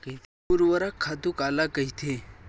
ऊर्वरक खातु काला कहिथे?